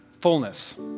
fullness